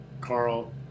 Carl